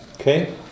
Okay